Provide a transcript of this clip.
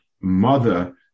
mother